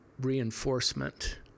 reinforcement